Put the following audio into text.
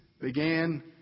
began